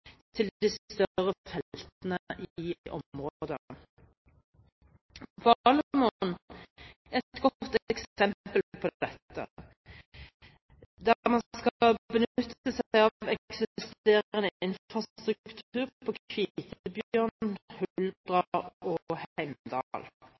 et godt eksempel på dette, der man skal benytte seg av eksisterende infrastruktur på Kvitebjørn, Huldra